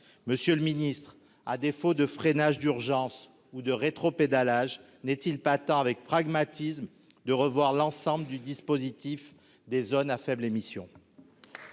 monsieur le Ministre, à défaut de freinage d'urgence ou de rétropédalage n'est-il pas temps avec pragmatisme de revoir l'ensemble du dispositif des zones à faibles émissions.